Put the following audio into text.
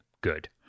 good